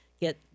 get